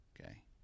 Okay